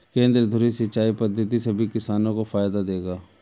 केंद्रीय धुरी सिंचाई पद्धति सभी किसानों को फायदा देगा